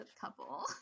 couple